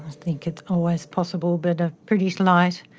think it's always possible, but ah pretty slight.